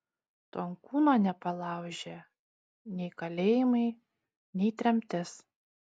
tonkūno nepalaužė nei kalėjimai nei tremtis